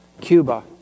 Cuba